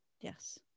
Yes